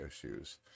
issues